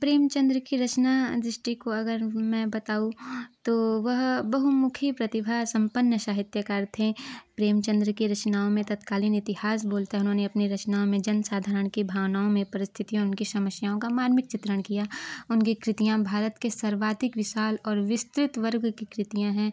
प्रेमचन्द्र की रचना दृष्टि को अगर मैं बताऊ तो वह बहुमुखी प्रतिभा सम्पन्न साहित्यकार थें प्रेमचन्द्र की रचनाओं में तत्कालीन इतिहास बोलते हैं उन्होंने अपनी रचनाओं में जन साधारण की भावनाओं में परिस्थितियाँ उनकी समस्याओं का मानविक चित्रण किया उनकी कृतियाँ भारत के सर्वाधिक विशाल और विस्तृत वर्ग की कृतियाँ हैं